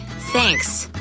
thanks.